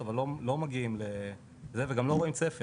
אבל לא מגיעים וגם לא רואים שום צפי,